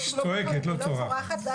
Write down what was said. צועקת, לא צורחת.